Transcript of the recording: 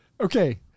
Okay